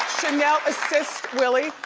chanel assists willy,